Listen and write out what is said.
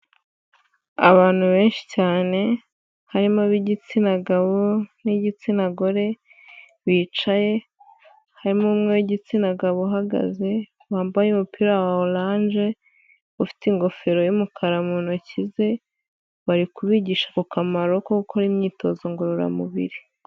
Abantu benshi cyane, harimo ib'igitsina gabo, n'igitsina gore, bicaye harimo umwe wigitsina gabo uhagaze wambaye umupira wa orange, ufite ingofero y'umukara mu ntoki ze bari kubigisha ku kamaro ko gukora imyitozo ngororamubiri.